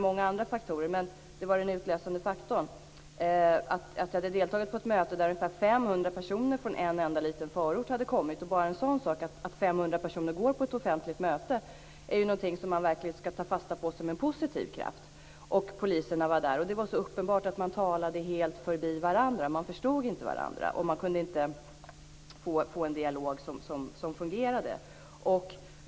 Många andra faktorer bidrog, men den utlösande faktorn var att jag hade deltagit på ett möte till vilket 500 personer från en enda liten förort hade kommit. Bara något sådant som att 500 personer kommer till ett offentligt möte är något som man verkligen skall ta fasta på som en positiv kraft. Polisen var representerad vid mötet, och det var uppenbart att man talade helt förbi varandra. Man förstod inte varandra och kunde inte få till stånd en fungerande dialog.